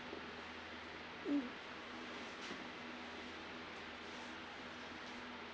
mm